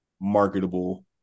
marketable